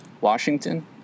Washington